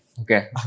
Okay